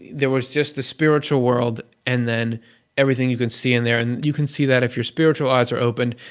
there was just the spiritual world and then everything you could see in there, and you can see that if your spiritual eyes are opened.